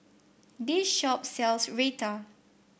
this shop sells Raita